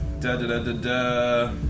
da-da-da-da-da